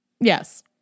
Yes